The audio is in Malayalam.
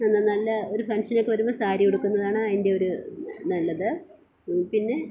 നല്ല ഒരു ഫംഗ്ഷനൊക്കെ വരുമ്പോൾ സാരി ഉടുക്കുന്നതാണ് അതിൻ്റെ ഒരു നല്ലത് പിന്നെ